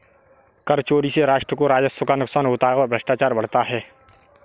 कर चोरी से राष्ट्र को राजस्व का नुकसान होता है और भ्रष्टाचार बढ़ता है